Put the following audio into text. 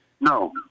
No